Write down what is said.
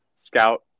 scout